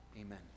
Amen